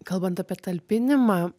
kalbant apie talpinimą